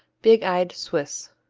big-eyed swiss.